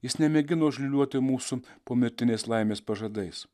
jis nemėgino užliūliuoti mūsų pomirtinės laimės pažadais